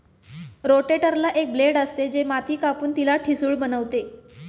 रोटेटरला एक ब्लेड असते, जे माती कापून तिला ठिसूळ बनवते